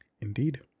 Indeed